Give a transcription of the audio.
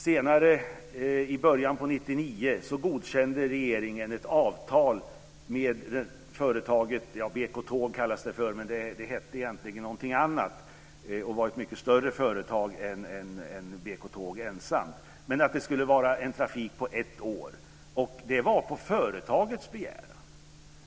Senare, i början av 1999, godkände regeringen ett avtal med det företag som kallades BK Tåg. Det hette egentligen något annat och var ett mycket större företag än BK Tåg ensamt. Det skulle vara en trafik på ett år, och detta var på företagets begäran.